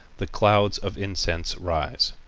the clouds of incense rise.